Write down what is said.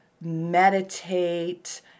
meditate